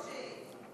ברושי.